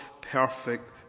perfect